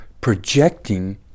projecting